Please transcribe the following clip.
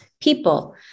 people